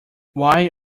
why